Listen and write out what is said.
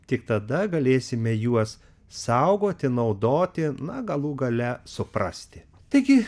tik tada galėsime juos saugoti naudoti na galų gale suprasti taigi